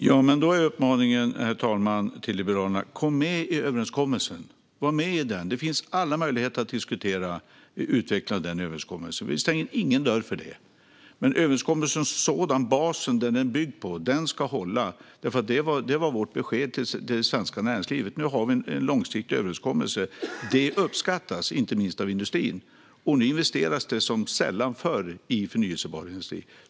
Herr talman! Uppmaningen till Liberalerna är därför: Kom med i överenskommelsen! Var med i den! Det finns alla möjligheter att diskutera och utveckla överenskommelsen. Vi stänger ingen dörr där. Men överenskommelsen som sådan - basen den är byggd på - ska hålla, för det var vårt besked till det svenska näringslivet. Vi sa: Nu har vi en långsiktig överenskommelse. Det uppskattas inte minst av industrin, och nu investeras det som sällan förr i förnybar energi.